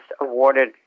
awarded